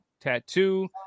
tattoo